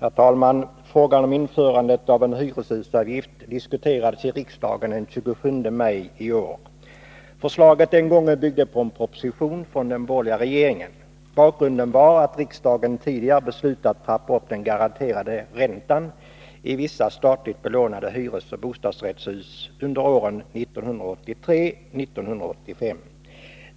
Herr talman! Frågan om införandet av en hyreshusavgift diskuterades i riksdagen den 27 maj i år. Förslaget den gången byggde på en proposition från den borgerliga regeringen. Bakgrunden var att riksdagen tidigare beslutat trappa upp den garanterade räntan i vissa statligt belånade hyresoch bostadsrättshus under åren 1983-1985.